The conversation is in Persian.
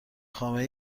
خامه